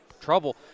trouble